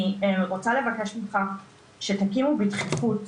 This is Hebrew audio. אני רוצה לבקש ממך שתקימו בדחיפות